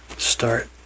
start